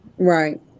Right